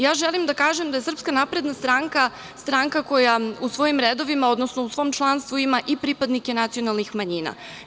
Ja želim da kažem da je SNS stranka koja u svojim redovima, odnosno u svom članstvu, ima i pripadnike nacionalnih manjina.